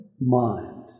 mind